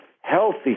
healthy